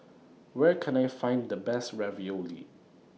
Where Can I Find The Best Ravioli